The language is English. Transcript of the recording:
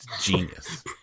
Genius